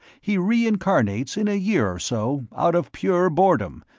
he reincarnates in a year or so, out of pure boredom,